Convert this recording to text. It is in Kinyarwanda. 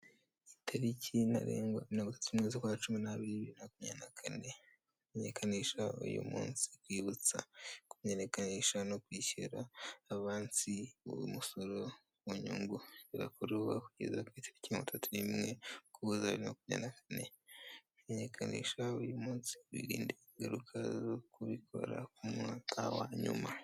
itariki ntarengwa mirongo itatu n'imwe zukwa cumi bibiri na makumyabiri na kane imenyekanisha uyu munsi iributsa kumenyekanisha no kwishyura umunsi w'u musoro ku nyungu byakorewe kugeza ku itariki mirongo itatu n'imwe kuzakora imenyekanisha uyu munsi birinde ingaruka zo kubikora ku munota wa nyuma